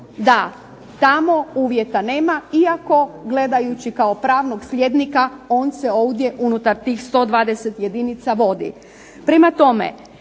da tamo uvjeta nema iako gledajući kao pravnog slijednika on se ovdje unutar 120 jedinica vodi.